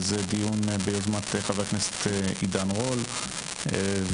זה דיון ביוזמת חבר הכנסת עידן רול ומצטרף